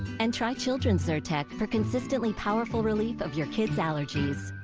and try children's zyrtec for consistently powerful relief of your kid's allergies.